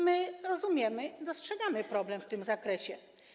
My rozumiemy i dostrzegamy problem w tym zakresie.